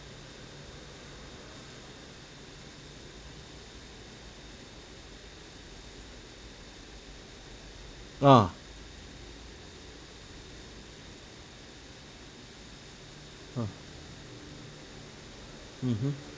ah !huh! mmhmm